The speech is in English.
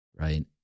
right